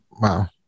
Wow